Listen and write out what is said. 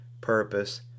purpose